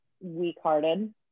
weak-hearted